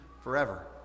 forever